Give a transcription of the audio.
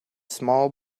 small